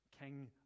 king